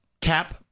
Cap